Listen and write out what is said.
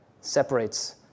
separates